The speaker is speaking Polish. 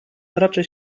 raczy